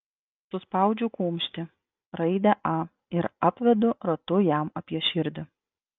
suspaudžiu kumštį raidę a ir apvedu ratu jam apie širdį